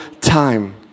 time